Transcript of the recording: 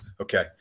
Okay